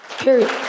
period